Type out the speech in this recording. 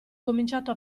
cominciato